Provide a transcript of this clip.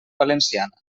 valenciana